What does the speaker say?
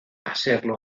hacerlo